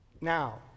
Now